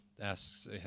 asks